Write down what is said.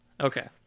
Okay